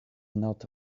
not